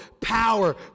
power